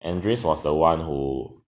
andris was the one who